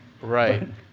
Right